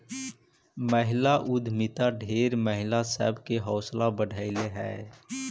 महिला उद्यमिता ढेर महिला सब के हौसला बढ़यलई हे